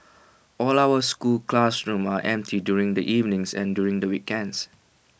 all our school classrooms are empty during the evenings and during the weekends